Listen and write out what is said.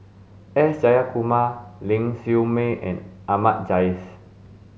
S Jayakumar Ling Siew May and Ahmad Jais